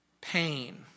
pain